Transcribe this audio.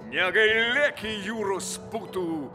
negailėki jūros putų